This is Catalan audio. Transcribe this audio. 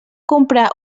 comprar